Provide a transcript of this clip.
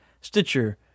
Stitcher